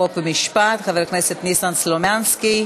חוק ומשפט חבר הכנסת ניסן סלומינסקי.